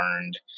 learned